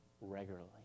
regularly